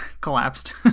collapsed